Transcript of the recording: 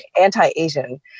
anti-Asian